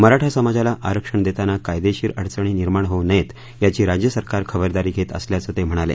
मराठा समाजाला आरक्षण देताना कायदेशीर अडचणी निर्माण होऊ नयेत याची राज्य सरकार खबरदारी घेत असल्याचं ते म्हणाले